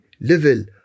level